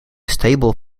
stable